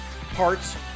parts